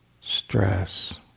stress